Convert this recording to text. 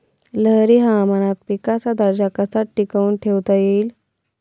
लहरी हवामानात पिकाचा दर्जा कसा टिकवून ठेवता येईल?